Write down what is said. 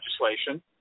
legislation